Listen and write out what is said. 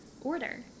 Order